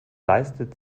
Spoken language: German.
leistet